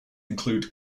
include